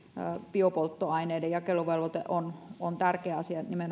biopolttoaineiden jakeluvelvoite on on tärkeä asia nimenomaan suomelle